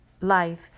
life